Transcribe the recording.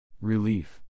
Relief